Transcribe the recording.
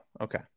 okay